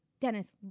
Dennis